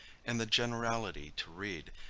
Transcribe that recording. and the generality to read,